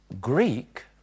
Greek